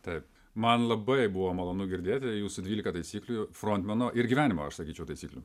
taip man labai buvo malonu girdėti jūsų dvylika taisyklių frontmeno ir gyvenimo aš sakyčiau taisyklių